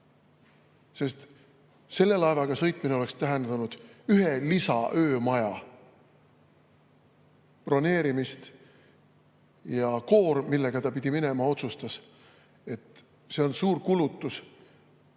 sest selle laevaga sõitmine oleks tähendanud ühe lisaöömaja broneerimist ja koor, millega [koos] ta pidi minema, otsustas, et see on [liiga] suur kulutus,